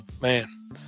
man